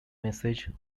message